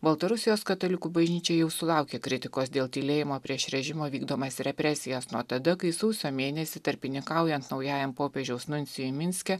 baltarusijos katalikų bažnyčia jau sulaukė kritikos dėl tylėjimo prieš režimo vykdomas represijas nuo tada kai sausio mėnesį tarpininkaujant naujajam popiežiaus nuncijui minske